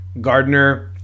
Gardner